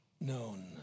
known